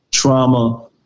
Trauma